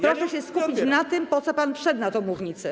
Proszę się skupić na tym, po co pan wszedł na mównicę.